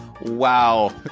Wow